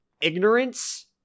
ignorance